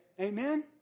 Amen